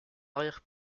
arrière